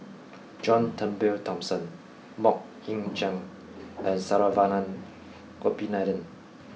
John Turnbull Thomson Mok Ying Jang and Saravanan Gopinathan